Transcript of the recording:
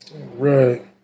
Right